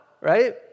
right